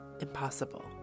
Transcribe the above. impossible